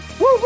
Woo